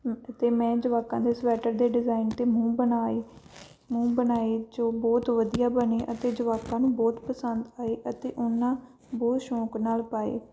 ਅਤੇ ਮੈਂ ਜਵਾਕਾਂ ਦੇ ਸਵੈਟਰ ਦੇ ਡਿਜਾਇਨ ਅਤੇ ਮੂੰਹ ਬਣਾਏ ਮੂੰਹ ਬਣਾਏ ਜੋ ਬਹੁਤ ਵਧੀਆ ਬਣੇ ਅਤੇ ਜਵਾਕਾਂ ਨੂੰ ਬਹੁਤ ਪਸੰਦ ਆਏ ਅਤੇ ਉਹਨਾਂ ਬਹੁਤ ਸ਼ੌਂਕ ਨਾਲ ਪਾਏ